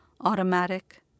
automatic